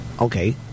Okay